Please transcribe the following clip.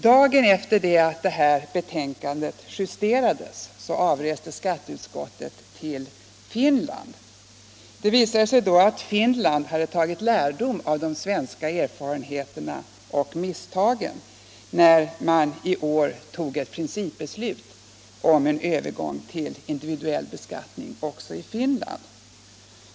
Dagen efter det att det här betänkandet justerades avreste skatteutskottet till Finland. Det visade sig där att man hade dragit lärdom av de svenska erfarenheterna och misstagen, när man i år tog ett principbeslut om en övergång till individuell beskattning också i Finland.